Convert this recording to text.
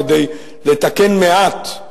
כדי לתקן מעט,